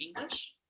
english